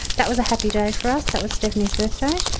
that was a happy day for us, that was stephanie's birthday,